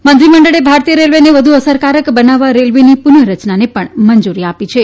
કેબિનેટે ભારતીય રેલવેને વધુ અસરકારક બનાવવા રેલવેની પુનઃરચનાને પણ મંજૂરી આપી છે